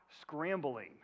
scrambling